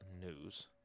news